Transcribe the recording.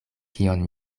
kion